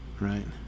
Right